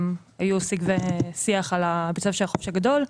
היה סיג ושיח על בית הספר של החופש הגדול,